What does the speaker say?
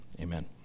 Amen